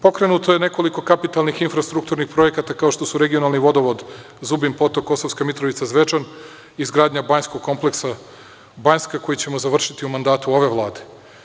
Pokrenuto je nekoliko kapitalnih infrastrukturnih projekata, kao što su regionalni vodovod Zubin Potok-Kosovska Mitrovica-Zvečan, izgradnja banjskog kompleksa „Banjska“ koji ćemo završiti u mandatu ove vlade.